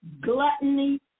gluttony